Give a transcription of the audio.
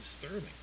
disturbing